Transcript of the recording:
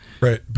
Right